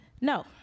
No